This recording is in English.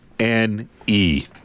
N-E